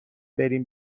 بریم